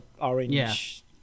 orange